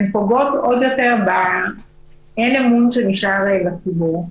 זה שהן פוגעות עוד יותר באין-אמון שנשאר בציבור.